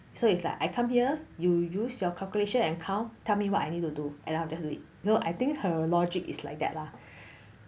so it's like I come here you use your calculation and count tell me what I need to do and I'll just do it so I think her logic is like that lah